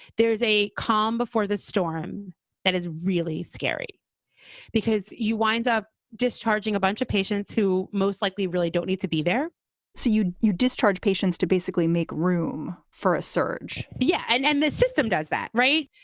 there is a calm before the storm that is really scary because you wind up discharging a bunch of patients who most likely really don't need to be there so you you discharge patients to basically make room for a surge yeah, and and the system does that. right.